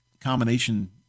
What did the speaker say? combination